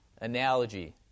analogy